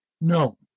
no